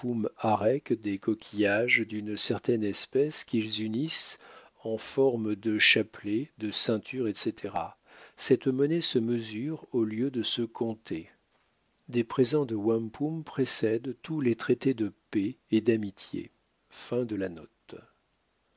des coquillages d'une certaine espèce qu'ils unissent eu forme de chapelets de ceintures etc cette monnaie se mesure au lieu de se compter des présents de wampum précèdent tous les traités de paix et d'amitié